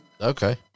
Okay